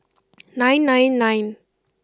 nine nine nine